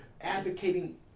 advocating